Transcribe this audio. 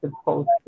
supposed